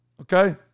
Okay